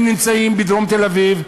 הם נמצאים בדרום תל-אביב,